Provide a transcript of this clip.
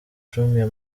jumia